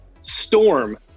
Storm